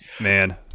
man